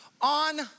on